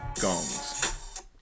gongs